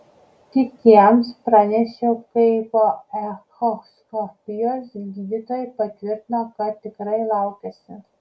kitiems pranešiau kai po echoskopijos gydytoja patvirtino kad tikrai laukiuosi